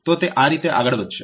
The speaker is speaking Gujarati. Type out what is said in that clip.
તો તે આ રીતે આગળ વધશે